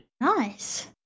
Nice